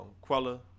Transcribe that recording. Quella